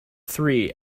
three